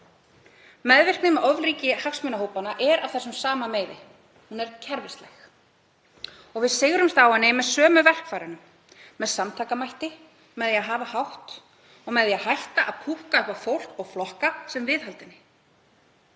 Meðvirkni með ofríki hagsmunahópanna er af þessum sama meiði, hún er kerfislæg og við sigrumst á henni með sömu verkfærunum; með samtakamætti, með því að hafa hátt og með því að hætta að púkka upp á fólk og flokka sem viðhalda henni.